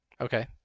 Okay